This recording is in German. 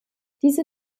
diese